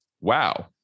wow